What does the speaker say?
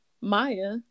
Maya